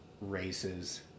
races